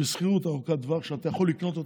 בשכירות ארוכת טווח שאתה יכול לקנות אותה,